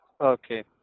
Okay